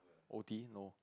O_T no